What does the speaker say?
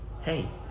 hey